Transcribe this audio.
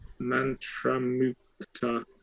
Mantramukta